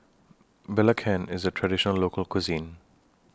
Belacan IS A Traditional Local Cuisine